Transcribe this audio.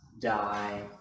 die